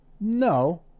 no